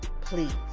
Please